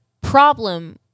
problem